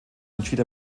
entschied